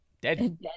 Dead